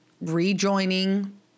rejoining